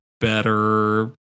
better